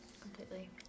Completely